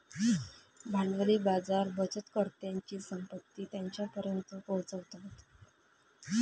भांडवली बाजार बचतकर्त्यांची संपत्ती त्यांच्यापर्यंत पोहोचवतात